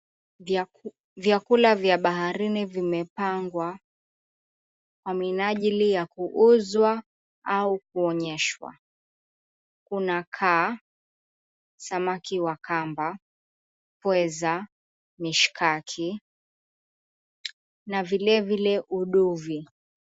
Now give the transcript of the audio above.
Vyakula vya baharini vimepangwa kwa minajili ya kuuzwa au kuonyeshwa, kuna kaa, samaki wa kamba, pweza , mishakiki na vilevile uduvi.